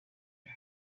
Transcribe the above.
ubu